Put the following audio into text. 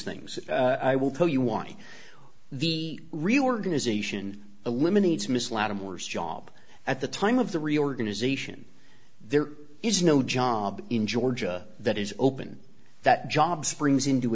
things i will tell you why the reorganization eliminates miss latimer's job at the time of the reorganization there is no job in georgia that is open that job springs into